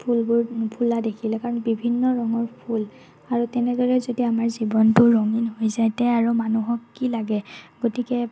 ফুলবোৰ ফুলা দেখিলে কাৰণ বিভিন্ন ৰঙৰ ফুল আৰু তেনেদৰে যদি আমাৰ জীৱনটো ৰঙীন হৈ যায় তে আৰু মানুহক কি লাগে